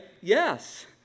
yes